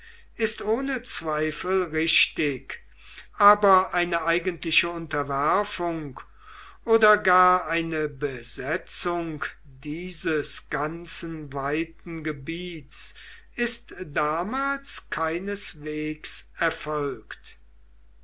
ist ohne zweifel richtig aber eine eigentliche unterwerfung oder gar eine besetzung dieses ganzen weiten gebiets ist damals keineswegs erfolgt